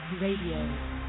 Radio